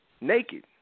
Naked